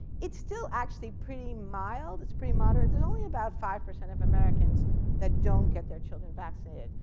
it's still actually pretty mild. it's pretty moderate, there's only about five percent of americans that don't get their children vaccinated.